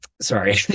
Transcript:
Sorry